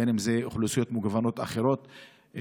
בין שזה אוכלוסיות מגוונות אחרות,